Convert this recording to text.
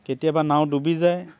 কেতিয়াবা নাও ডুবি যায়